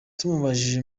tumubajije